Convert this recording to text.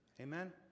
Amen